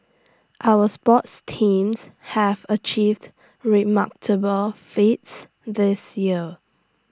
our sports teams have achieved remarkable feats this year